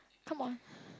come on